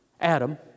Adam